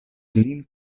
lin